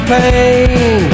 pain